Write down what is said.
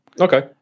Okay